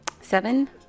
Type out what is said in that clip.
Seven